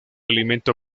alimento